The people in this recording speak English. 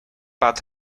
but